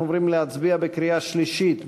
אנחנו עוברים להצביע בקריאה שלישית.